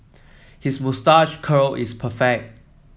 his moustache curl is perfect